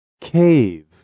Cave